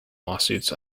lawsuits